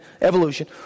evolution